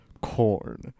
corn